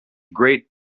great